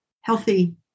healthy